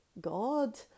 God